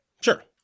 sure